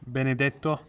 Benedetto